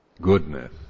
Goodness